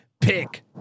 Pick